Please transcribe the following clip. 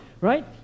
right